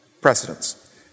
precedents